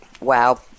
Wow